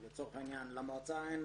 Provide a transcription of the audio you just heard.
למועצה,